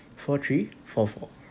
four three four four